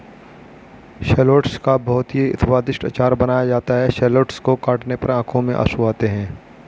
shallots का बहुत ही स्वादिष्ट अचार बनाया जाता है शैलोट्स को काटने पर आंखों में आंसू आते हैं